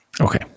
okay